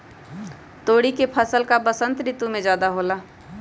तोरी के फसल का बसंत ऋतु में ज्यादा होला?